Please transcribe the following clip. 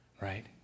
right